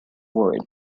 worried